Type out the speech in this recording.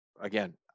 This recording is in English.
again